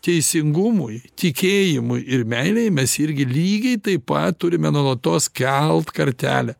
teisingumui tikėjimui ir meilei mes irgi lygiai taip pat turime nuolatos kelt kartelę